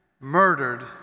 murdered